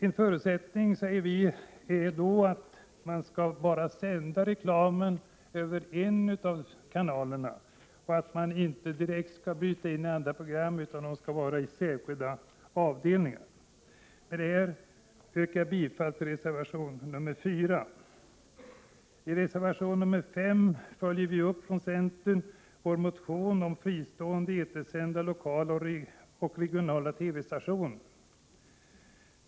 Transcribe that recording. En förutsättning är att endast en av de båda TV-kanalerna skall användas för reklam och att reklaminslagen sänds i särskilda avdelningar och inte bryter in i andra program. Med detta yrkar jag bifall till reservation 4. I reservation 5 följer vi från centern upp vår motion om fristående etersända lokala och regionala TV-stationer.